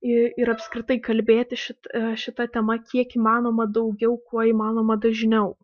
ir apskritai kalbėti šita šita tema kiek įmanoma daugiau kuo įmanoma dažniau